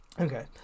Okay